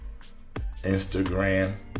Instagram